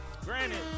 Granted